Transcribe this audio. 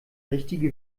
richtige